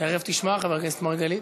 תכף תשמע, חבר הכנסת מרגלית.